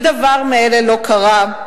ודבר מאלה לא קרה.